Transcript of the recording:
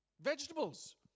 vegetables